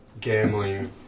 gambling